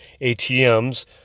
ATMs